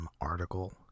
article